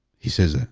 he says ah